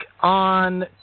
on